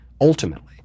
ultimately